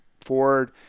Ford